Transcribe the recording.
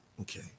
Okay